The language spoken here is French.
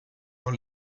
dans